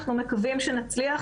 אנחנו מקווים שנצליח.